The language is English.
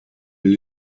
full